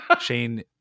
shane